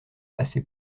assez